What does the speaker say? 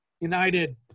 United